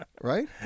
right